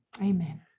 amen